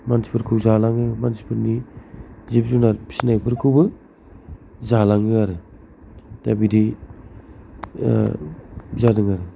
मानसिफोरखौ जालाङो मानसिफोरनि जिब जुनार फिसिनायखौबो जालाङो आरो दा बिदिया जादों आरो